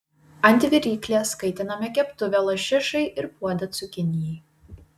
ant viryklės kaitiname keptuvę lašišai ir puodą cukinijai